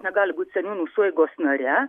negali būt seniūnų sueigos nare